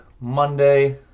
Monday